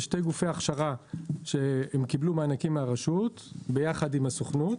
שתי גופי הכשרה שהם קיבלו מענקים מהרשות ביחד עם הסוכנות